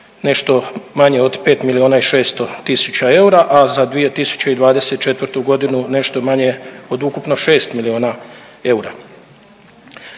nešto manje od 5 milijuna i 600 000 eura, a za 2024. godinu nešto manje od ukupno šest milijuna eura.